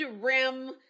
rim